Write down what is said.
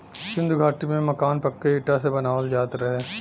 सिन्धु घाटी में मकान पक्के इटा से बनावल जात रहे